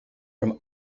from